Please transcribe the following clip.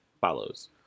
follows